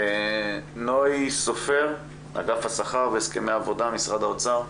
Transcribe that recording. נוי סופר, אגף השכר והסכמי עבודה, משרד האוצר.